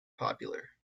popular